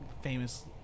famous